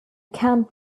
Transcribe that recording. camped